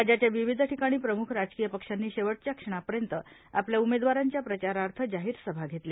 राज्याच्या विविध ठिकाणी प्रमुख राजकीय पक्षांनी ीवटच्या क्षणापर्यंत आपल्या उमेदवारांच्या प्रचारार्थ जाहीर सभा घेतल्या